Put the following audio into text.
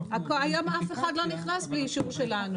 היום אף אחד לא נכנס בלי אישור שלנו.